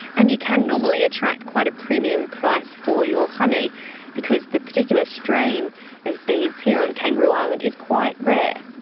and you can normally attract quite a premium price for your honey because the particular strain of bees here on kangaroo island is quite rare.